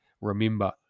Remember